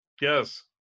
Yes